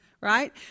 right